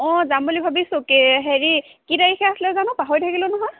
অঁ যাম বুলি ভাবিছোঁ কে হেৰি কি তাৰিখে আছিলে জানো পাহৰি থাকিলো নহয়